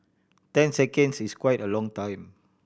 ten seconds is quite a long time